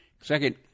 Second